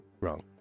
wrong